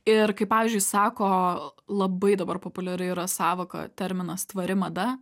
ir kaip pavyzdžiui sako labai dabar populiari yra sąvoka terminas tvari mada